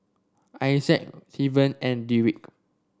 Isaias Tevin and Deric